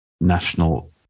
national